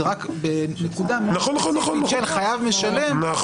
זה רק בנקודה מאוד ספציפית של חייב משלם,